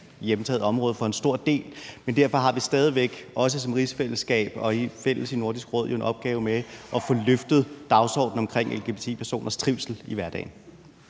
er hjemtaget område for en stor del, men derfor har vi stadig væk, også som rigsfællesskab og fælles i Nordisk Råd, jo en opgave med at få løftet dagsordenen omkring lgbti-personers trivsel i hverdagen.